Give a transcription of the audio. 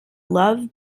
love